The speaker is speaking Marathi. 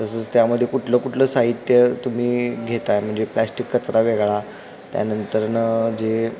तसंच त्यामध्ये कुठलं कुठलं साहित्य तुम्ही घेताय म्हणजे प्लॅस्टिक कचरा वेगळा त्यानंतर ना जे